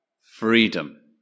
freedom